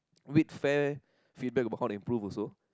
with fair feedbacked about how to improve also